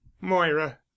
moira